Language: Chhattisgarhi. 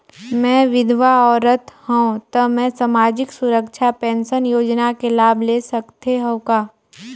मैं विधवा औरत हवं त मै समाजिक सुरक्षा पेंशन योजना ले लाभ ले सकथे हव का?